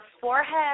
forehead